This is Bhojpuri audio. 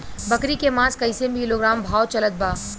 बकरी के मांस कईसे किलोग्राम भाव चलत बा?